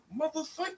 motherfucker